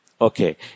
Okay